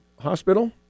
Hospital